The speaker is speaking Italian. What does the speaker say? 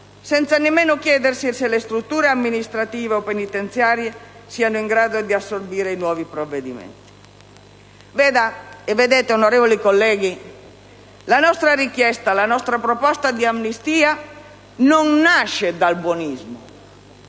senza nemmeno chiedersi se le strutture amministrative o penitenziarie siano in grado di assorbire i nuovi provvedimenti. Signor Ministro, onorevoli colleghi, la nostra richiesta, la nostra proposta di amnistia non nasce dal buonismo: